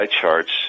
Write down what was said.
charts